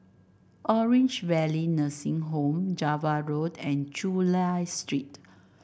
Orange Valley Nursing Home Java Road and Chulia Street